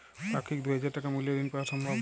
পাক্ষিক দুই হাজার টাকা মূল্যের ঋণ পাওয়া সম্ভব?